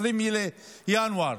20 בינואר,